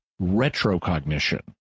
retrocognition